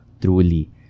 truly